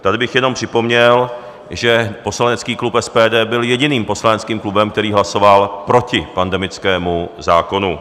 Tady bych jenom připomněl, že poslanecký klub SPD byl jediným poslaneckým klubem, který hlasoval proti pandemickému zákonu.